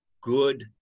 good